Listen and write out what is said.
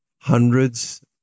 hundreds